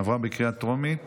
עברה בקריאה טרומית